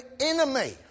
enemy